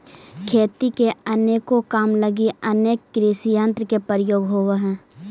खेती के अनेको काम लगी अनेक कृषियंत्र के प्रयोग होवऽ हई